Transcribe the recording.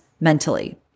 mentally